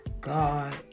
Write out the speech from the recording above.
God